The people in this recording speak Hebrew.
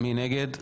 מי נגד?